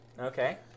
Okay